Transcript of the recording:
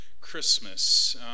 christmas